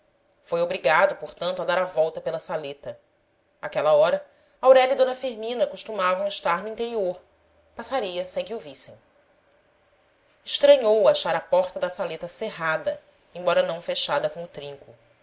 foi obrigado portanto a dar a volta pela saleta àquela hora aurélia e d firmina costumavam estar no interior passaria sem que o vissem estranhou achar a porta da saleta cerrada embora não fechada com o trinco